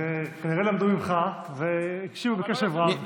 אז הם כנראה למדו ממך והקשיבו בקשב רב.